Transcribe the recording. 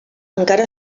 encara